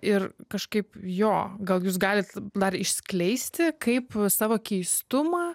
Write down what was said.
ir kažkaip jo gal jūs galit dar išskleisti kaip savo keistumą